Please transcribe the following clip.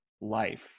life